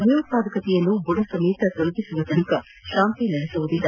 ಭಯೋತ್ಪಾದಕತೆಯನ್ನ ಬುದ ಸಮೇತ ತೊಲಗಿಸುವವರೆಗೂ ಶಾಂತಿ ನೆಲಸುವುದಿಲ್ಲ